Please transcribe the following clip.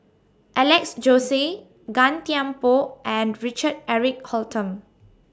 Alex Josey Gan Thiam Poh and Richard Eric Holttum